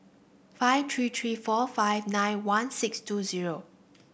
five three three four five nine one six two zero